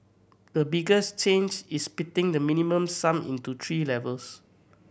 the biggest change is splitting the Minimum Sum into three levels